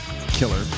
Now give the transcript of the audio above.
killer